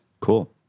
Cool